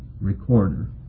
recorder